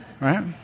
right